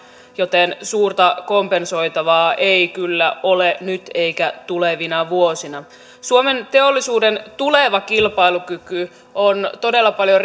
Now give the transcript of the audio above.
joten suurta kompensoitavaa ei kyllä ole nyt eikä tulevina vuosina suomen teollisuuden tuleva kilpailukyky on todella paljon